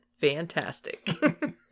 fantastic